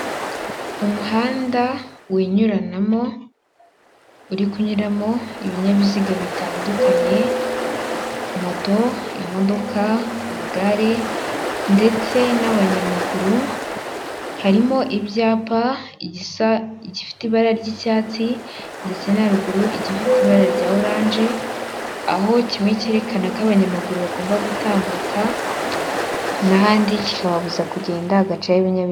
Umuhanda winyuranamo uri kunyuramo ibinyabiziga bitandukanye moto, imodoka, amagare ndetse n'abanyamaguru harimo ibyapasa gifite ibara ry'icyatsi ndetse na ha ruguru igifite ibara rya orange aho kimwe cyerekana ko abanyamaguru bagomba gutambuka n'ahandi kikababuza kugenda ha agace ibinyazi.